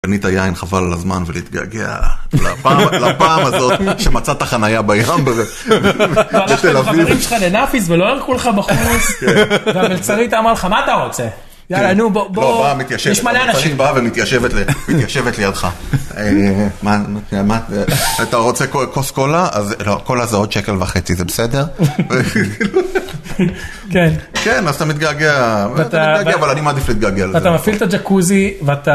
קנית יין חבל על הזמן ולהתגעגע לפעם הזאת שמצאת חניה בים בתל אביב והלכת עם חברים שלך לנאפיס ולא ירקו לך בחומוס והמלצרית אמרת לך מה אתה רוצה? יאללה נו בוא בוא יש מלא אנשים היא באה ומתיישבת לידך מה אתה רוצה כוס קולה? אז לא, קולה זה עוד שקל וחצי זה בסדר? כן אז אתה מתגעגע אבל אני מעדיף להתגעגע לזה, ואתה מפעיל את הג'קוזי ואתה